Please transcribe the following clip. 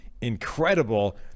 incredible